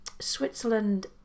Switzerland